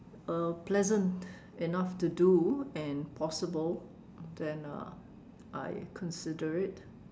uh pleasant enough to do and possible then uh I consider it